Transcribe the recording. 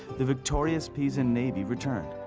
the victorious pisan navy returned,